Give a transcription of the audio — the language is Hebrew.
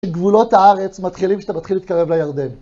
גבולות הארץ מתחילים כשאתה מתחיל להתקרב לירדן.